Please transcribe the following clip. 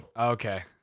Okay